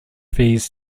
fees